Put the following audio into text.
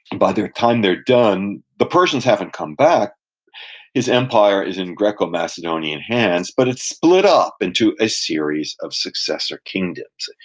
by the time they're done, the persians haven't come back his empire is in greco-macedonian hands, but it's split up into a series of successor kingdoms.